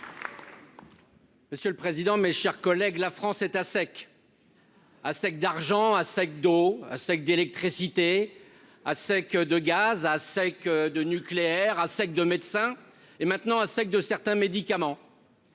Monsieur le président, mes chers collègues, la France est à sec à sec d'argent à sec d'eau sec d'électricité à sec de gaz à sec de nucléaire à sec, de médecins et maintenant à sec de certains médicaments.